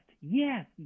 Yes